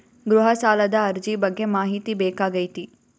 ಗೃಹ ಸಾಲದ ಅರ್ಜಿ ಬಗ್ಗೆ ಮಾಹಿತಿ ಬೇಕಾಗೈತಿ?